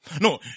No